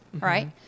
right